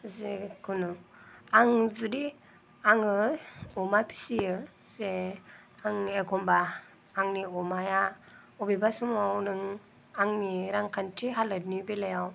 जिखुनु आं जुदि आङो अमा फियो जे आं एखमब्ला आंनि अमाया अबेबा समाव नों आंनि रांखान्थि हालेदनि बेलायाव